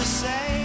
say